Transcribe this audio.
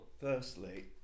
firstly